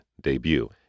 debut